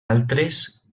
altres